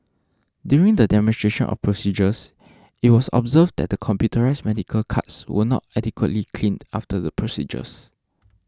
during the demonstrations of procedures it was observed that the computerised medical carts were not adequately cleaned after the procedures